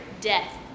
death